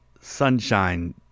sunshine